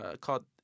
called